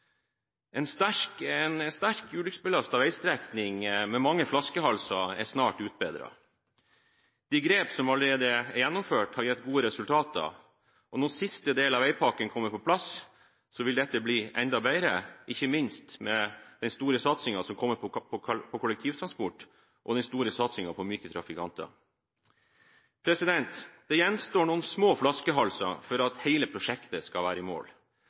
En sterkt ulykkesbelastet veistrekning med mange flaskehalser er snart utbedret. De grepene som allerede er gjennomført, har gitt gode resultater, og når siste delen av veipakken kommer på plass, vil dette bli enda bedre, ikke minst med de store satsingene som kommer på kollektivtransport og myke trafikanter. Det gjenstår noen små flaskehalser før hele prosjektet er i mål.